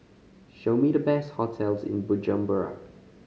show me the best hotels in Bujumbura